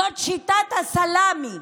זאת שיטת הסלמי,